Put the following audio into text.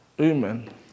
Amen